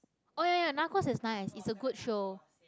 oh ya ya Narcos is nice it's a good show